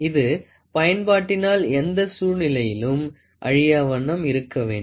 இது பயன்பாட்டினால் எந்த சூழ்நிலைகளிலும் அழியாவண்ணம் இருக்க வேண்டும்